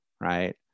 right